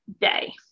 day